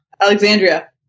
Alexandria